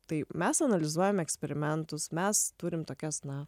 tai mes analizuojame eksperimentus mes turim tokias na